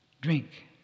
drink